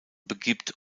begibt